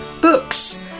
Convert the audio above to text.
books